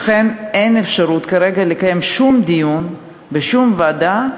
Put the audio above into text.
ולכן אין אפשרות כרגע לקיים שום דיון בשום ועדה,